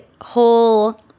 whole